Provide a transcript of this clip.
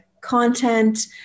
content